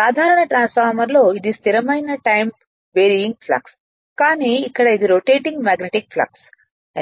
సాధారణ ట్రాన్స్ఫార్మర్ లో ఇది స్థిరమైన టైం వేరియింగ్ ఫ్లక్స్ కానీ ఇక్కడ ఇది రొటేటింగ్ మాగ్నెటిక్ ఫ్లక్స్